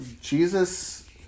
Jesus